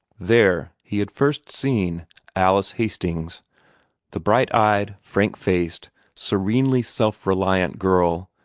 there he had first seen alice hastings the bright-eyed, frank-faced, serenely self-reliant girl,